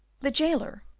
the jailer,